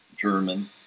German